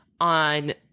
on